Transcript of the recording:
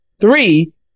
three